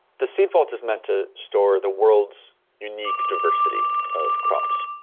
the seed vault is meant to store the world's unique diversity of crops.